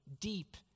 deep